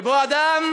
שבו אדם